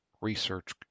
research